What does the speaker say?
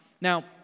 Now